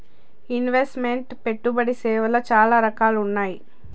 invest meant పెట్టుబడి సేవలు చాలా రకాలుగా ఉన్నాయి